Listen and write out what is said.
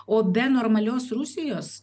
o be normalios rusijos